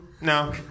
No